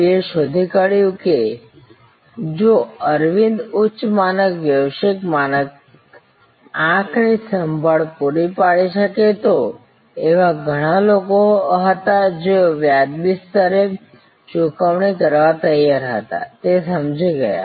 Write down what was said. વીએ શોધી કાઢ્યું કે જો અરવિંદ ઉચ્ચ માનક વૈશ્વિક માનક આંખની સંભાળ પૂરી પાડી શકે તો એવા ઘણા લોકો હતા જેઓ વ્યાજબી સ્તરે ચૂકવણી કરવા તૈયાર હતા તે સમજી ગયા